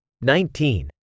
nineteen